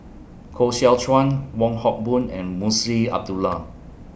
Koh Seow Chuan Wong Hock Boon and Munshi Abdullah